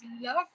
love